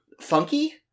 funky